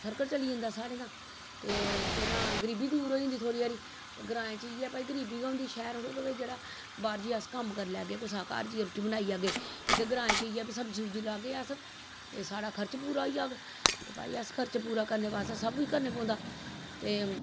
circle चली जंदा सारें दा ते केह् नां गरीबी दूर होई जंदी थोह्ड़ी हारी ते ग्राएं च इ'यां भाई गरीबी गै होंदी शैह्र थोह्ड़ा बाह्र जाइयै अस कम्म करी लैग्गे कुसा दा घर जाइयै रुट्टी बनाई औग्गे इत्थें ग्राएं च इ'यै भाई सब्जी सुब्जी लाग्गे अस ते साढ़े खर्च पूरा होई जाह्ग ते भाई अस खर्च पूरा करने बास्तै सब किश करने पौंदा ते